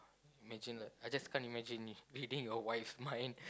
imagine like I just can't imagine if reading your wife mind